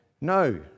no